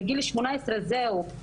בגיל 18 זהו,